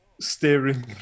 Steering